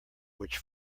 which